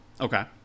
Okay